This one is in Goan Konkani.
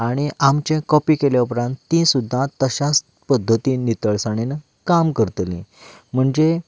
आनी आमचें कॉपी केल्या उपरांत ती सुद्दां तशाच पद्दतीन नितळसाणेंत काम करतलीं म्हणजें